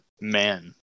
man